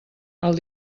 els